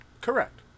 Correct